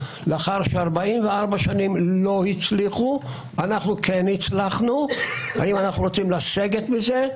לאחר 44 שנים שלא הצליחו ואנחנו כן הצלחנו האם אנחנו רוצים לסגת מזה?